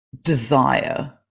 desire